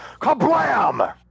KABLAM